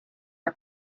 her